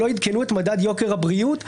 שלא עדכנו את מדד יוקר הבריאות,